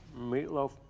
Meatloaf